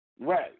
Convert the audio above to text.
Right